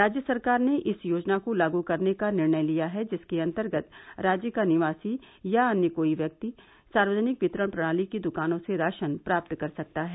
राज्य सरकार ने इस योजना को लागू करने का निर्णय लिया है जिसके अंतर्गत राज्य का निवासी या अन्य कोई व्यक्ति सार्वजनिक वितरण प्रणाली की दुकानों से राशन प्राप्त कर सकता है